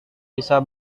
bisa